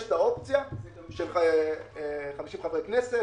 יש את האופציה של 50 חברי כנסת,